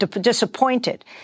disappointed